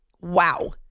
wow